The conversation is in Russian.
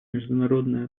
международные